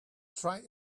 try